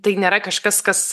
tai nėra kažkas kas